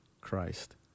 Christ